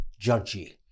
judgy